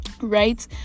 right